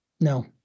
No